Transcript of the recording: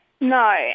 No